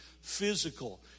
physical